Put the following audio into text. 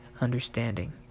Understanding